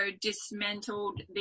dismantled